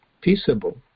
peaceable